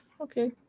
okay